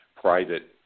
private